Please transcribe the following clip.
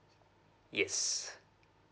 yes